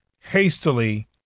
hastily